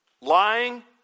lying